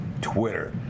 Twitter